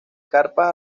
carpas